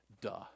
duh